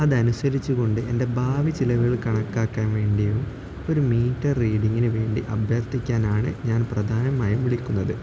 അതനുസരിച്ചുകൊണ്ട് എൻ്റെ ഭാവി ചിലവുകൾ കണക്കാക്കാൻ വേണ്ടിയും ഒരു മീറ്റർ റീഡിങ്ങിന് വേണ്ടി അഭ്യർത്ഥിക്കാനാണ് ഞാൻ പ്രധാനമായും വിളിക്കുന്നത്